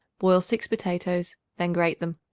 boil six potatoes, then grate them.